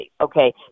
Okay